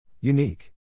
Unique